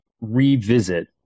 revisit